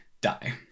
die